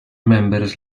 members